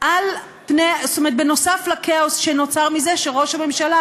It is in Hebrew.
על הכאוס שנוצר מזה שראש הממשלה,